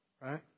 right